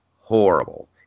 horrible